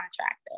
contractor